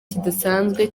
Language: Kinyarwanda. kidasanzwe